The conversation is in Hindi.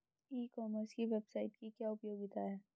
ई कॉमर्स की वेबसाइट की क्या उपयोगिता है?